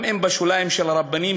גם אם בשוליים של הרבנים,